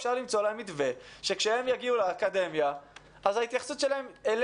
אפשר למצוא להם מתווה שכשהם יגיעו לאקדמיה אז